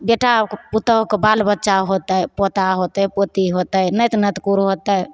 बेटाक पुतहु कऽ बालबच्चा होयतै पोता होयतै पोती होयतै नाति नात कुरू होयतै